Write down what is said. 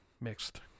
mixed